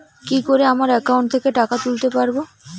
কি করে আমার একাউন্ট থেকে টাকা তুলতে পারব?